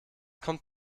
kommt